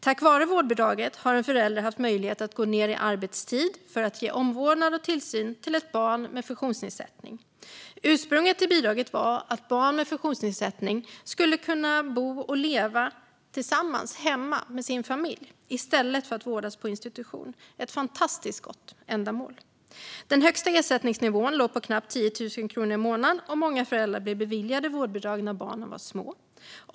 Tack vare vårdbidraget har en förälder haft möjlighet att gå ned i arbetstid för att ge omvårdnad och tillsyn till ett barn med funktionsnedsättning. Ursprunget till bidraget var att barn med funktionsnedsättning skulle kunna bo och leva hemma tillsammans med sin familj i stället för att vårdas på institution - ett fantastiskt gott ändamål. Den högsta ersättningsnivån låg på knappt 10 000 kronor i månaden, och många föräldrar blev beviljade vårdbidrag när barnen var små.